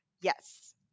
Yes